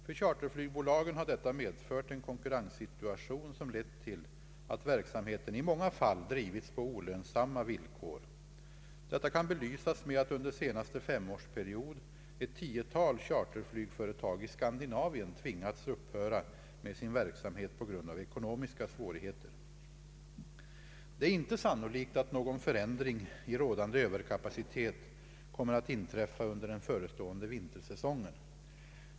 För charterflygbolagen har detta medfört en konkurrenssituation som lett till att verksamheten i många fall drivits på olönsamma villkor. Detta kan belysas med att under senaste femårsperiod ett tiotal charterflygföretag i Skandinavien tvingats upphöra med sin verksamhet på grund av ekonomiska svårigheter. Det är inte sannolikt att någon förändring i rådande överkapacitet kommer att inträffa under den förestående vintersäsongen.